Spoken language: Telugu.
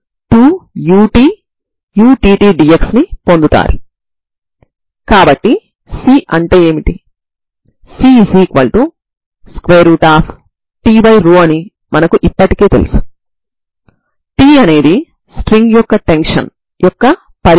ఇది యూనిఫార్మ్లీ కన్వెర్జెంట్ అయినప్పుడు మాత్రమే ఇది పరిష్కారం అవుతుంది అంటే ఇది డిఫరెన్ష్యబుల్ కావాలి